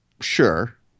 sure